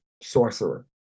sorcerer